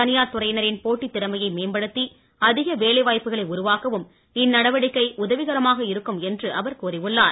தனியார் துறையினரின் போட்டித் திறமையை மேம்படுத்தி அதிகவேலை வாய்ப்புகளை உருவாக்கவும் இந்நடவடிக்கை உதவிகரமாக இருக்கும் என்று அவர் கூறி உள்ளார்